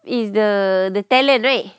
is the the talent right